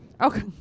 Okay